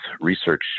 research